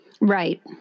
Right